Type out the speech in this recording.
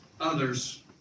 others